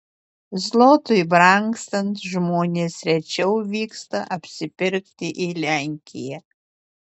zlotui brangstant žmonės rečiau vyksta apsipirkti į lenkiją